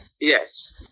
Yes